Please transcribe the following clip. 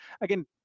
again